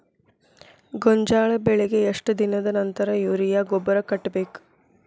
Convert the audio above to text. ಗೋಂಜಾಳ ಬೆಳೆಗೆ ಎಷ್ಟ್ ದಿನದ ನಂತರ ಯೂರಿಯಾ ಗೊಬ್ಬರ ಕಟ್ಟಬೇಕ?